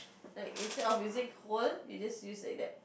like instead of using cones you just use like that